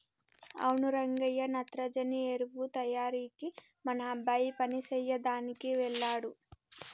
అవును రంగయ్య నత్రజని ఎరువు తయారీకి మన అబ్బాయి పని సెయ్యదనికి వెళ్ళాడు